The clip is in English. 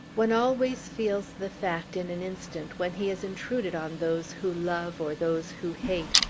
one always feels the fact, in an instant, when he has intruded on those who love, or those who hate,